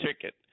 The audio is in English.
ticket